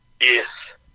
Yes